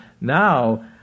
Now